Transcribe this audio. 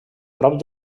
prop